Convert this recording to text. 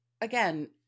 again